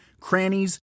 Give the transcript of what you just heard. crannies